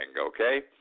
okay